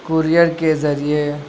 courier کے ذریعے